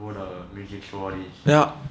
go the music store all this